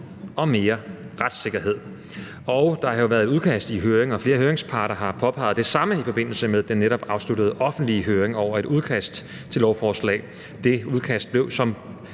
og mere retssikkerhed. Der har jo været et udkast i høring, og flere høringsparter har påpeget det samme i forbindelse med den netop afsluttede offentlige høring over det udkast til et lovforslag. Det udkast blev, som